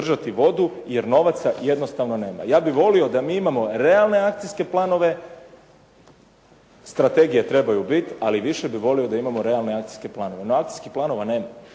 jer novaca jednostavno nema. Ja bih volio da mi imamo realne akcijske planove, strategije trebaju biti, ali bi više volio da imamo realne akcijske planove. No akcijskih planova nema,